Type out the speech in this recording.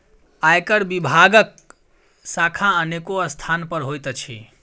आयकर विभागक शाखा अनेको स्थान पर होइत अछि